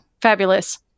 fabulous